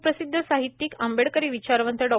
स्प्रसिद्ध साहित्यिक आंबेडकरी विचारवंत डॉ